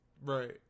Right